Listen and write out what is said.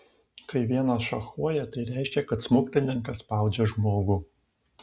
kai vienas šachuoja tai reiškia kad smuklininkas spaudžia žmogų